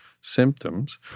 symptoms